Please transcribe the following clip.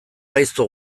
gaizto